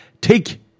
Take